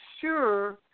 sure